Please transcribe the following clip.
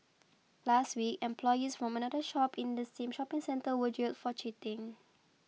last week employees from another shop in the same shopping centre were jailed for cheating